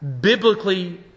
biblically